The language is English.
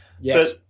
yes